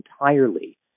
entirely